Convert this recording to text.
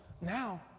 now